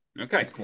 Okay